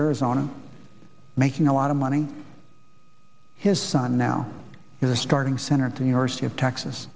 arizona making a lot of money his son now you're starting center at the university of texas